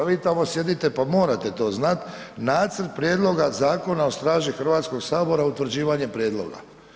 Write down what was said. Vi tamo sjedite pa morate to znati Nacrt prijedloga Zakona o straži Hrvatskog sabora utvrđivanje prijedloga.